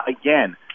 Again